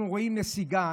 אנחנו רואים נסיגה.